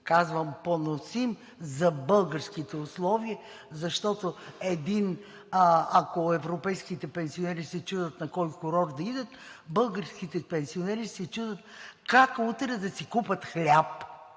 Казвам поносим за българските условия, защото, ако европейските пенсионери се чудят на кой курорт да идат, българските пенсионери се чудят как утре да си купят хляб